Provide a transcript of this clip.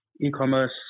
E-commerce